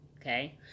okay